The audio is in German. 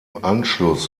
anschluss